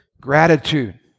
Gratitude